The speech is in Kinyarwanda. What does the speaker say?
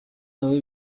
aho